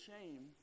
shame